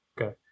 Okay